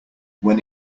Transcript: when